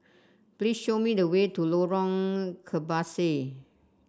please show me the way to Lorong Kebasi